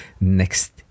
next